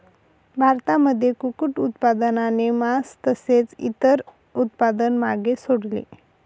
भारतामध्ये कुक्कुट उत्पादनाने मास तसेच इतर उत्पादन मागे सोडले